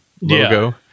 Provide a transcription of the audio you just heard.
logo